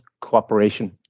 cooperation